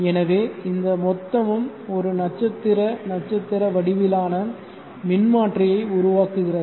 எனவே இந்த மொத்தமும் ஒரு நட்சத்திர நட்சத்திர வடிவிலான மின்மாற்றியை உருவாக்குகிறது